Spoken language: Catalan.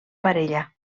parella